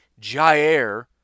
Jair